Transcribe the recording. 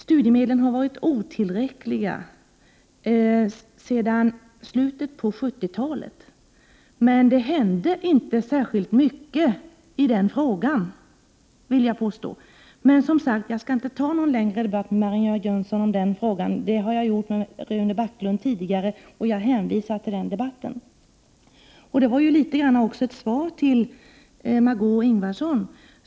Studiemedlen har varit otillräckliga sedan slutet av 70-talet, men det har inte hänt särskilt mycket. Jag skall inte föra någon längre debatt med Marianne Jönsson om den frågan. Jag har debatterat den med Rune Backlund tidigare, och jag hänvisar till den debatten. Detta var också litet grand ett svar till Margé Ingvardsson.